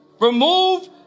Remove